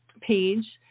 page